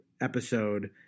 episode